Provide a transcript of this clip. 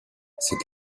cette